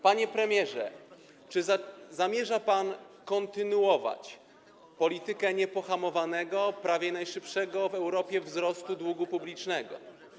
Panie premierze, czy zamierza pan kontynuować politykę niepohamowanego, prawie najszybszego w Europie wzrostu długu publicznego?